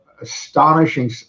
astonishing